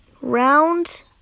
Round